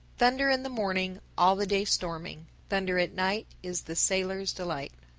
thunder in the morning, all the day storming thunder at night is the sailor's delight.